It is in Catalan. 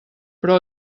però